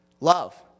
Love